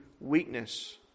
weakness